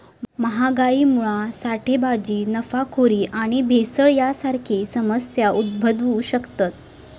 महागाईमुळा साठेबाजी, नफाखोरी आणि भेसळ यांसारखे समस्या उद्भवु शकतत